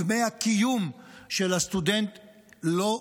דמי הקיום של הסטודנט לא קלים,